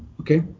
okay